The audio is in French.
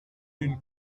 d’une